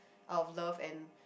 out of love and